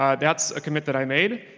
um that's a commit that i made,